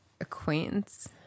acquaintance